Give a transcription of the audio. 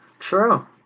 True